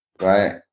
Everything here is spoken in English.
right